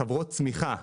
חברות צמיחה,